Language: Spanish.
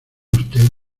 usted